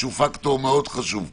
שהוא פקטור מאוד חשוב כאן,